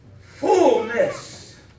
fullness